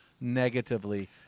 negatively